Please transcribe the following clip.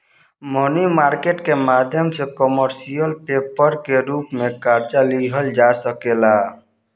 मनी market के माध्यम से कमर्शियल पेपर के रूप में कर्जा लिहल जा सकेला